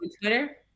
Twitter